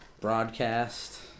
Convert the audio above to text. broadcast